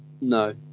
no